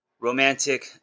romantic